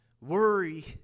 Worry